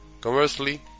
Conversely